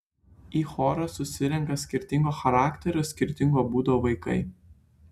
į chorą susirenka skirtingo charakterio skirtingo būdo vaikai